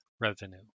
revenue